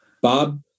Bob